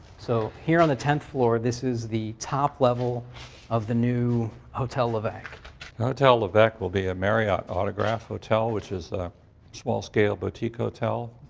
so, here on the tenth floor, this is the top level of the new hotel leveque. the hotel leveque will be a marriott autograph hotel, which is a small scale boutique hotel,